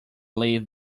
leave